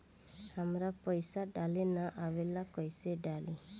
हमरा पईसा डाले ना आवेला कइसे डाली?